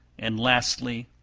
and lastly,